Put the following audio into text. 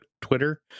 Twitter